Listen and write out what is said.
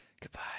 Goodbye